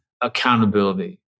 accountability